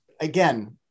Again